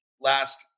last